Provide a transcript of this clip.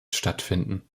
stattfinden